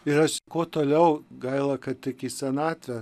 ir aš kuo toliau gaila kad tik į senatvę